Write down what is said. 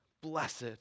blessed